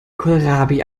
kohlrabi